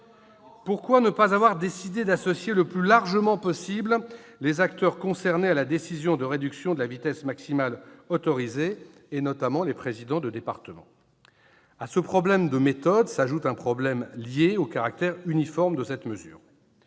Pourquoi ne pas avoir décidé d'associer le plus largement possible les acteurs concernés à la décision de réduction de la vitesse maximale autorisée, notamment les présidents de département ? À ce problème de méthode s'ajoute un problème lié au caractère uniforme de cette mesure.